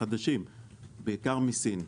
בעיקר מסין.